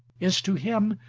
is to him,